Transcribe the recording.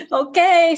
okay